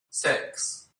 six